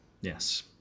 yes